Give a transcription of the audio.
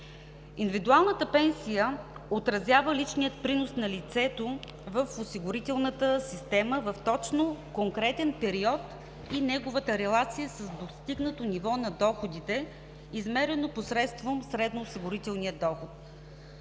Индивидуалната пенсия отразява личния принос на лицето в осигурителната система в точно конкретен период и неговата релация с достигнато ниво на доходите, измерено посредством средноосигурителния доход.